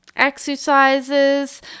Exercises